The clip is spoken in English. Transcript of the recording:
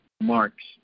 marks